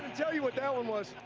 tell you what that one was.